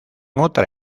otra